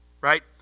right